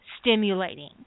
stimulating